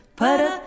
para